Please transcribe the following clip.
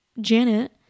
Janet